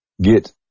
Get